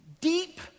deep